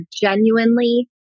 genuinely